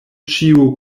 ĉiu